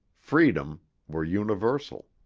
freedom were universal.